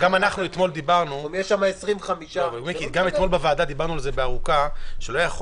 אם יש שם 25. גם אתמול בוועדה דיברנו על זה ארוכות,